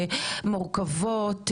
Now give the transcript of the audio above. מורכבות,